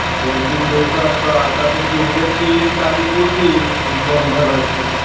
दोन तीन दिवसात तर आता तुमची उद्याची तारीख होती लोन भरायची